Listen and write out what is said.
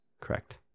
Correct